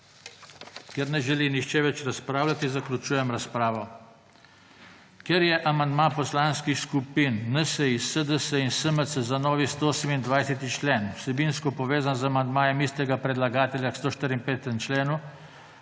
Ker ne želi nihče več razpravljati, zaključujem razpravo. Ker je amandma poslanskih skupin NSi, SDS in SMC za novi 128. člen vsebinsko povezan z amandmajem istega predlagatelja 154. členu,